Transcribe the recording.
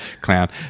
clown